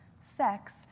sex